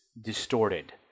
distorted